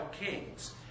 kings